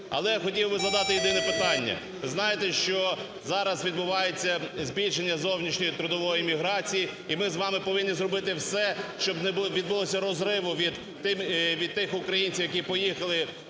Але я хотів би задати єдине питання. Знаєте, що зараз відбувається збільшення зовнішньої трудової міграції, і ми з вами повинні зробити все, щоб не відбулося розриву від тих українців, які поїхали